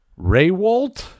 Raywalt